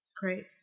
Great